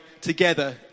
together